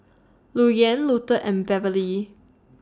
Luther and Beverley